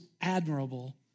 admirable